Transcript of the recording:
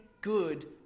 good